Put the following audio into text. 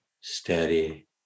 steady